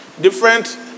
Different